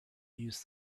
use